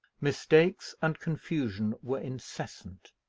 mistakes and confusion were incessant